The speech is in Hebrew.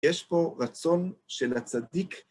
יש פה רצון של הצדיק.